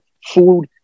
food